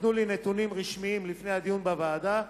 נתנו לי נתונים רשמיים לפני הדיון בוועדה,